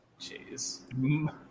Jeez